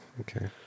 Okay